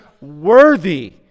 worthy